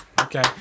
Okay